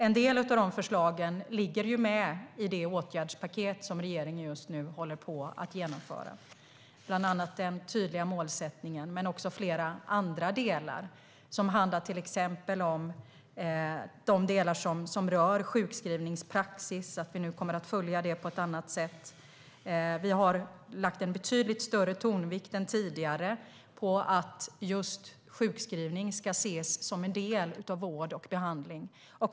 En del av de förslagen finns ju med i det åtgärdspaket som regeringen just nu håller på att genomföra. Det gäller bland annat den tydliga målsättningen men också flera andra frågor. Det kan handla till exempel om det som rör sjukskrivningspraxis. Vi kommer nu att följa den på ett annat sätt. Vi har lagt en betydligt större tonvikt än tidigare på att sjukskrivning ska ses som en del av vård och behandling.